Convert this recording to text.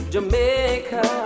Jamaica